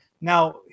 Now